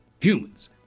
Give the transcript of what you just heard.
humans